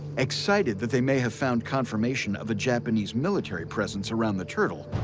excited that they may have found confirmation of a japanese military presence around the turtle,